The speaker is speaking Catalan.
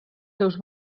seus